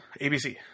ABC